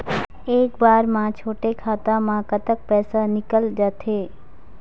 एक बार म छोटे खाता म कतक पैसा निकल जाथे?